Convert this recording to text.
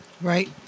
Right